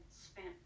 spent